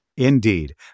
Indeed